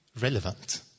relevant